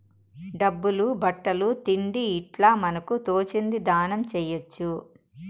డబ్బులు బట్టలు తిండి ఇట్లా మనకు తోచింది దానం చేయొచ్చు